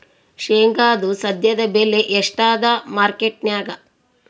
ಶೇಂಗಾದು ಸದ್ಯದಬೆಲೆ ಎಷ್ಟಾದಾ ಮಾರಕೆಟನ್ಯಾಗ?